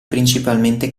principalmente